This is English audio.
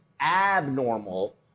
abnormal